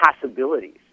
possibilities